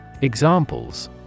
Examples